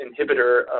inhibitor